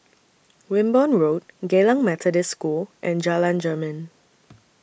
Wimborne Road Geylang Methodist School and Jalan Jermin